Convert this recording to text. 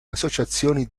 associazioni